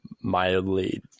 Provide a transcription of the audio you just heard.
mildly